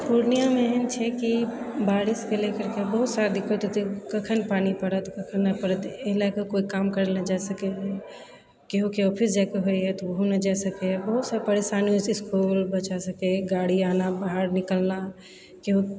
पूर्णियामे एहन छै की बारिशके लऽ करिकऽ बहुत सारा दिक्कत होइ छै कखन पानी पड़त कखन नहि पड़त एहि लऽ कऽ कोइ काम करैलए जाइ सकै केहूके ऑफिस जाइके होइए तऽ ओहो नहि जा सकैए बहुत सा परेशानी होइ छै इसकुल बच्चासबके गाड़ी आना बाहर निकलना केहू